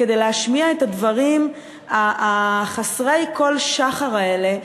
כדי להשמיע את הדברים החסרי-כל-שחר האלה.